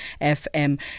FM